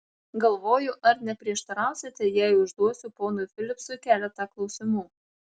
galvoju ar neprieštarausite jei užduosiu ponui filipsui keletą klausimų